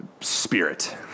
spirit